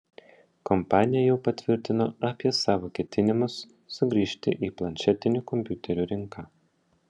kompanija jau patvirtino apie savo ketinimus sugrįžti į planšetinių kompiuterių rinką